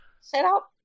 setup